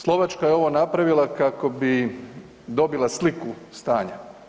Slovačka je ovo napravila kako bi dobila sliku stanja.